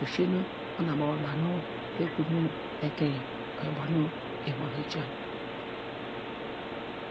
Ofeiny ona nu ekun ekeiny yor, oyor ubanu ova nu ojan.